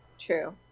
true